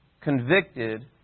Convicted